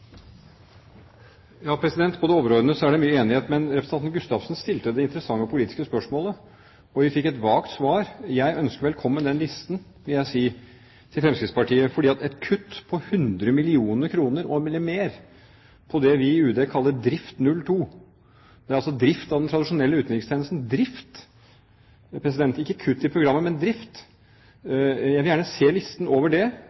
På det overordnede plan er det mye enighet, men representanten Gustavsen stilte det interessante politiske spørsmålet, og vi fikk et vagt svar. Jeg ønsker velkommen den listen til Fremskrittspartiet, vil jeg si, over kutt på 100 mill. kr og mer på det vi i UD kaller drift 02. Det er drift av den tradisjonelle utenrikstjenesten – drift, ikke kutt i programmet, men